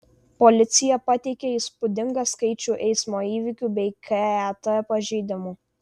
policija pateikė įspūdingą skaičių eismo įvykių bei ket pažeidimų